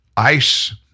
ICE